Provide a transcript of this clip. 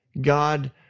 God